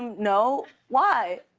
no, why?